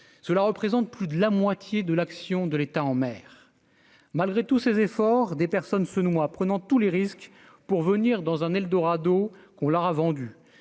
cela représente plus de la moitié de l'action de l'État en mer malgré tous ses efforts, des personnes se noient, prenant tous les risques pour venir dans un eldorado qu'on leur a vendu